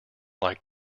like